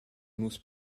nus